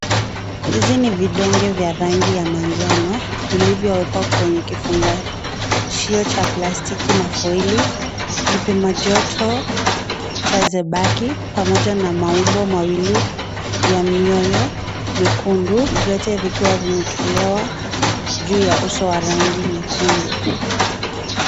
Hizi ni vidonge vya rangi ya manjano vilivyoekwa kwenye kifungachio cha plastiki na faeli, Kipima joto, jaza baki pamoja na maumbo mawili ya mioyo mekundu vyote vikiwa vimeekelewa juu ya uso wa rangi nyekundu.